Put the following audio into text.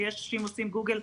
ואם עושים גוגל,